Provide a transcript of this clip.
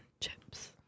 chips